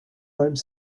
home